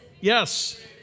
Yes